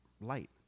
light